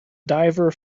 diver